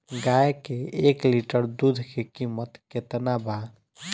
गाय के एक लीटर दूध के कीमत केतना बा?